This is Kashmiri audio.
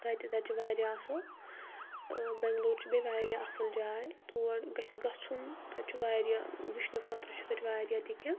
تَتہِ تَتہِ چھُ واریاہ اصٕل ٲں بیٚنٛگلور چھِ بیٚیہِ واریاہ اصٕل جاے تور گَژھہِ گَژھُن تَتہِ چھُ واریاہ وُچھنہٕ خٲطرٕ چھُ تَتہِ واریاہ تہِ کیٚنٛہہ